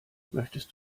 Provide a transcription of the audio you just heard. möchtest